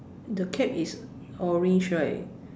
the cap is orange right